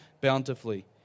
bountifully